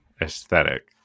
aesthetic